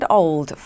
old